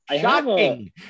Shocking